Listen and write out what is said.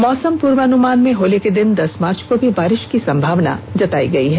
मौसम पूर्वानुमान में होली के दिन दस मार्च को भी बारिष की संभावना जतायी गयी है